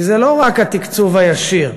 כי זה לא רק התקצוב הישיר,